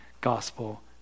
gospel